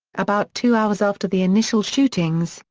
about two hours after the initial shootings,